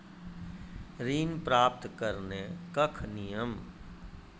ऋण प्राप्त करने कख नियम?